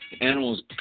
Animals